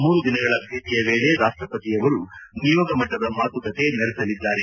ಮೂರು ದಿನಗಳ ಭೇಟಿಯ ವೇಳೆ ರಾಷ್ಟ್ರಪತಿ ಅವರು ನಿಯೋಗಮಟ್ಟದ ಮಾತುಕತೆ ನಡೆಸಲಿದ್ದಾರೆ